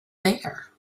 there